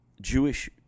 Jewish